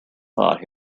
thought